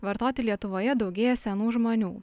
vartoti lietuvoje daugėja senų žmonių